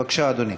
בבקשה, אדוני.